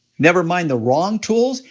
nevermind the wrong tools,